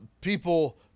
people